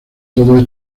todos